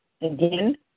again